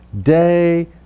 day